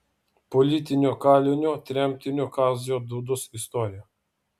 politinio kalinio tremtinio kazio dūdos istorija